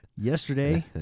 Yesterday